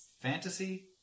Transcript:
fantasy